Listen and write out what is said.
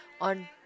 on